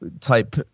type